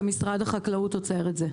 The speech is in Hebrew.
ומשרד החקלאות עוצר את זה.